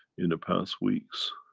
in the past weeks,